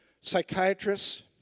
psychiatrists